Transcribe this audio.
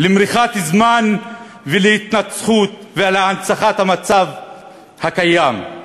למריחת זמן ולהנצחת המצב הקיים.